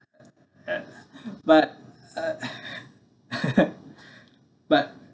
ah but ah but